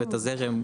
ואת הזרם,